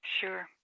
Sure